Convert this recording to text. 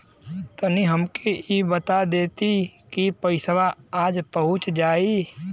तनि हमके इ बता देती की पइसवा आज पहुँच जाई?